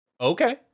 Okay